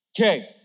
Okay